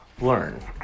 learn